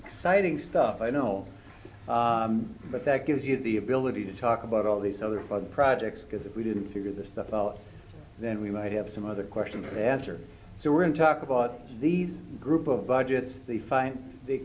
exciting stuff i know but that gives you the ability to talk about all these other projects because if we didn't figure this stuff out then we might have some other question to answer so we're going to talk about these group of budgets they find they